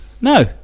No